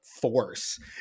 force